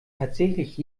tatsächlich